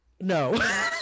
No